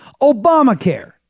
obamacare